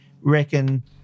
reckon